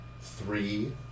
three